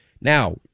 Now